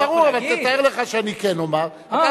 זה ברור, אבל תתאר לך שאני כן אומַר, אה...